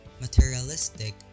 materialistic